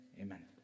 Amen